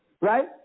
Right